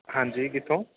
ਹਾਂਜੀ ਕਿੱਥੋਂ